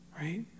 Right